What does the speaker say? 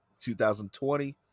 2020